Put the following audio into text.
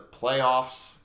playoffs